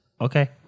okay